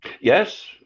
Yes